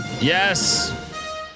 Yes